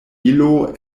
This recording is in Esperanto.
ilo